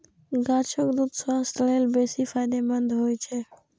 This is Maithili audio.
गाछक दूछ स्वास्थ्य लेल बेसी फायदेमंद होइ छै